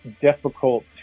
difficult